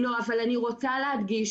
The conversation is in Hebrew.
אני רוצה להדגיש.